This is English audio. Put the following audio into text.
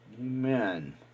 Amen